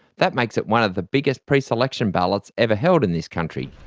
that makes it one of the biggest preselection ballots ever held in this country.